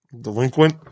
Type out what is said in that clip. Delinquent